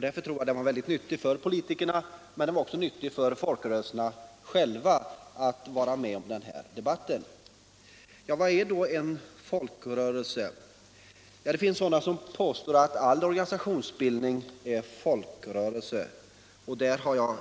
Därför tror jag den var mycket nyttig för politikerna. Men det var också nyttigt för folkrörelserna själva att vara med om den här debatten. Vad är då en folkrörelse? Det finns de som påstår att all organisationsbildning är folkrörelse, och mot den uppfattningen